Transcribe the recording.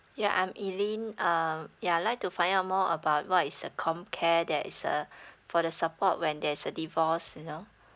yeah I'm elaine um yeah like to find out more about what is the comcare that is a for the support when there's a divorce you know